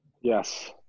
yes